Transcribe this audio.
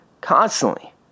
constantly